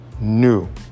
new